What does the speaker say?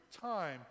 time